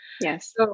Yes